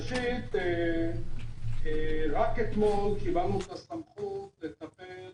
ראשית, רק אתמול קיבלנו את הסמכות לטפל